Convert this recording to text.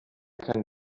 kann